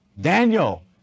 Daniel